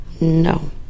No